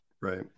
Right